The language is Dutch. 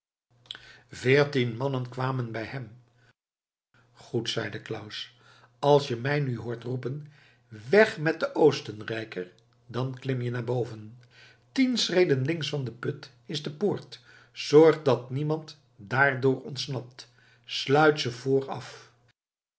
veertien mannen kwamen bij hem goed zeide claus als je mij nu hoort roepen weg met den oostenrijker dan klim je naar boven tien schreden links van den put is de poort zorgt dat niemand daardoor ontsnapt sluit ze vooraf